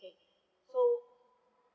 so